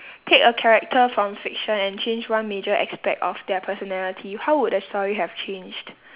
take a character from fiction and change one major aspect of their personality how would the story have changed